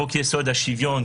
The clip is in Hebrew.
חוק-יסוד: השוויון,